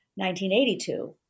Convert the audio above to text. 1982